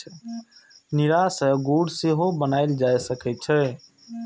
नीरा सं गुड़ सेहो बनाएल जा सकै छै